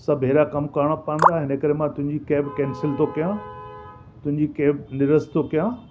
सभु हेड़ा कम करणा पवंदा हिन करे मां तुंहिंजी कैब कैंसिल थो कयां तुंहिंजी कैब निरस्त थो कयां